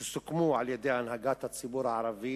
שסוכמו על-ידי הנהגת הציבור הערבי